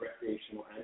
recreational